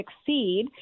succeed